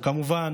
וכמובן,